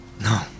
No